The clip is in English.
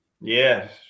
Yes